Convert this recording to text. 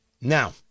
Now